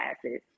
classes